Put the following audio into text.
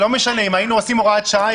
אם היינו עושים הוראת שעה,